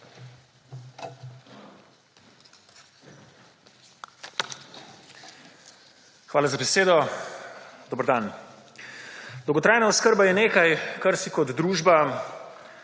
Hvala za besed. Dober dan. Dolgotrajna oskrba je nekaj, kar si kot družba